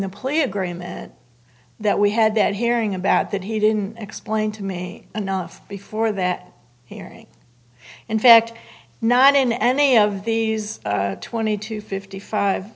agreement that we had that hearing about that he didn't explain to me enough before that hearing in fact not in any of these twenty two fifty five